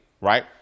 right